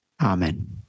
Amen